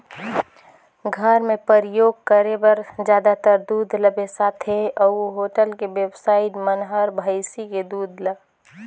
घर मे परियोग करे बर जादातर दूद ल बेसाथे अउ होटल के बेवसाइ मन हर भइसी के दूद ल